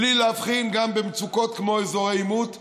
בלי להבחין במצוקות כמו אזורי עימות וכו'.